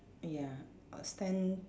ya it's ten